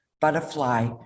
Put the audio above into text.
butterfly